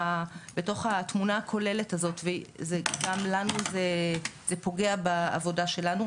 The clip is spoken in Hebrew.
התמונה הכוללת הזאת וזה גם לנו זה פוגע בעבודה שלנו,